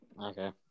Okay